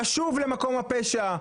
לשוב למקום הפשע,